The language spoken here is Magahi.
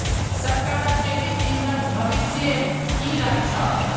सरकारक जैविक ईंधन भविष्येर की राय छ